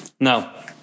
Now